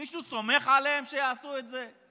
מישהו סומך עליהם, שיעשו את זה?